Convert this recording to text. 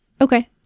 Okay